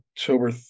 October